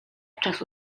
czasu